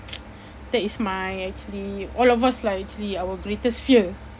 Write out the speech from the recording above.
that is my actually all of us lah actually our greatest fear